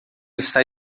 está